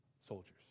soldiers